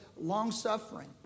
long-suffering